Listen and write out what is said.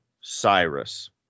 Cyrus